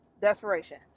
desperation